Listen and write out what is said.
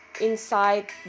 inside